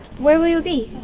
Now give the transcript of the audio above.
where will you be?